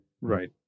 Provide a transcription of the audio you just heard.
Right